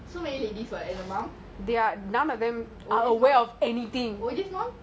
oh !aiya! then so we